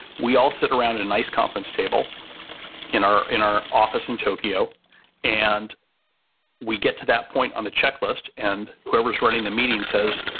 we all sit around in a nice conference table in our in our office in tokyo and we get to that point on the checklist and whoever's running the meeting says,